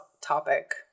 topic